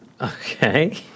Okay